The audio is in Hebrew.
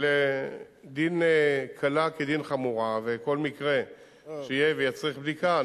אבל דין קלה כדין חמורה וכל מקרה שיהיה ויצריך בדיקה,